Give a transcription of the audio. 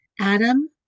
Adam